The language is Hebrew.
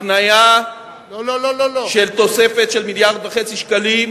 הפניה של תוספת של מיליארד וחצי שקלים,